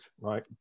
right